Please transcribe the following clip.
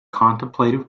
contemplative